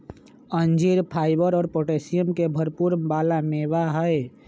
अंजीर फाइबर और पोटैशियम के भरपुर वाला मेवा हई